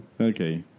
Okay